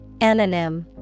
Anonym